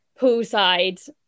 poolside